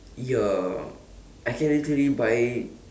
ya I can literally buy